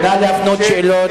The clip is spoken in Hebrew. נא להפנות שאלות.